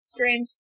Strange